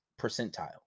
percentile